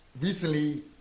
recently